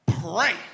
Pray